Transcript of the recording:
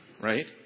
right